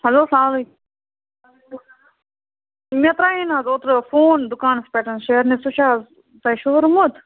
hello مےٚ ترٛایے نہ حظ اوترٕ فون دُکانَس پٮ۪ٹھ شیرنہِ سُہ چھےٚ حظ تۄہہِ شوٗرمُت